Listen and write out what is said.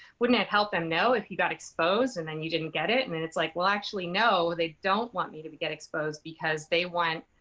wouldn't it help them know if you got exposed, and then you didn't get it? and and it's like, well, actually, no, they don't want me to but get exposed, because they want,